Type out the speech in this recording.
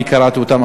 אני קראתי אותן,